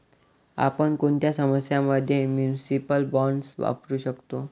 आपण कोणत्या समस्यां मध्ये म्युनिसिपल बॉण्ड्स वापरू शकतो?